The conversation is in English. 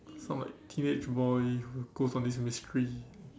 some like teenage boy who goes on this mystery